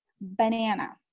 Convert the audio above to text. banana